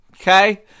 okay